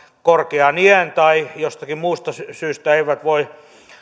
korkean iän vuoksi tai jostakin muusta syystä eivät voi